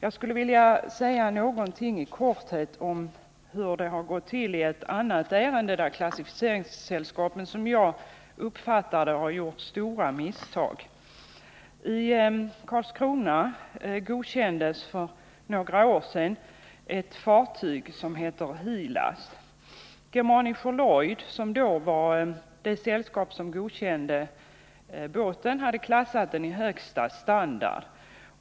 Jag vill i korthet säga någonting om hur det har gått till i ett annat ärende där klassificeringssällskapen, som jag uppfattar det, har gjort stora misstag. I Karlskrona godkändes för några år sedan ett fartyg som heter Hilas av Karlskrona. Germanischer Lloyds som då var det sällskap som godkände båten hade klassat den i högsta standard.